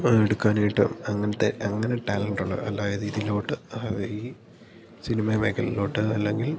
ആ എടുക്കാനായിട്ട് അങ്ങനത്തെ അങ്ങനെ ടാലൻറ്റുള്ള അല്ലായ ഇതിലോട്ട് ഈ സിനിമ മേഖലയിലോട്ട് അല്ലെങ്കിൽ